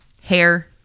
Hair